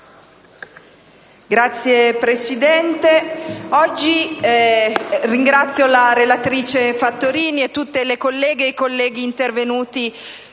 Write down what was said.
Signor Presidente, ringrazio la senatrice Fattorini e tutte le colleghe e i colleghi intervenuti